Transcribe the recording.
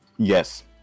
Yes